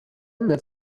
that